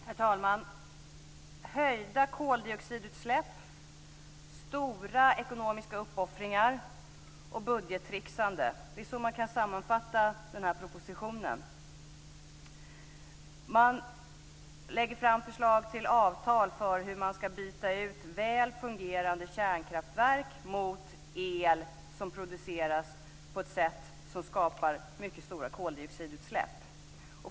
Herr talman! Höjda koldioxidutsläpp, stora ekonomiska uppoffringar och budgettricksande - det är så man kan sammanfatta den här propositionen. Man lägger fram förslag till avtal för hur man ska byta ut väl fungerande kärnkraftverk mot el som produceras på ett sätt som skapar mycket stora koldioxidutsläpp.